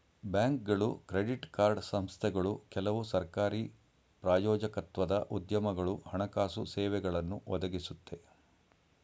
ಬ್ಯಾಂಕ್ಗಳು credit card ಸಂಸ್ಥೆಗಳು ಕೆಲವು ಸರಕಾರಿ ಪ್ರಾಯೋಜಕತ್ವದ ಉದ್ಯಮಗಳು ಹಣಕಾಸು ಸೇವೆಗಳನ್ನು ಒದಗಿಸುತ್ತೆ